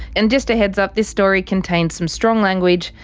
and just a heads up, this story contains some strong language,